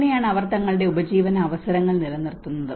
അങ്ങനെയാണ് അവർ തങ്ങളുടെ ഉപജീവന അവസരങ്ങൾ നിലനിർത്തുന്നത്